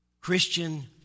Christian